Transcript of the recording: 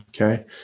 okay